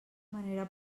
manera